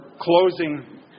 closing